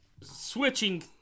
switching